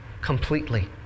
completely